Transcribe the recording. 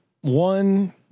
one